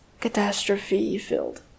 catastrophe-filled